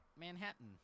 Manhattan